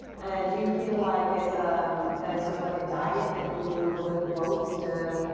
and you feel like it's that it's sort of like a diet? that you need a little bit of both to